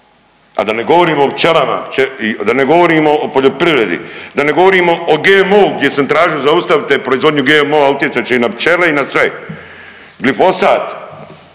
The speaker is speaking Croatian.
da ne govorimo o poljoprivredi, da ne govorimo o GMO-u gdje sam tražio zaustavite proizvodnju GMO-a utjecat će i na pčele i na sve, glifosat